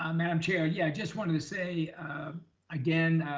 um madam chair. yeah just wanted to say again,